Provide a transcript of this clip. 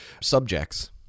subjects